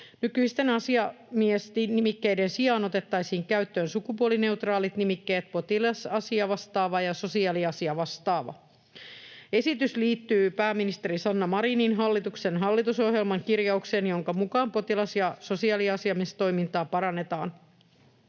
Nykyisten asiamies-nimikkeiden sijaan otettaisiin käyttöön sukupuolineutraalit nimikkeet potilasasiavastaava ja sosiaaliasiavastaava. Esitys liittyy pääministeri Sanna Marinin hallituksen hallitusohjelman kirjaukseen, jonka mukaan potilas- ja sosiaaliasiamiestoimintaa parannetaan.